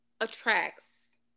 attracts